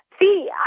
See